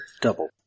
Double